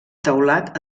teulat